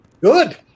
good